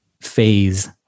phase